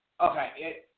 Okay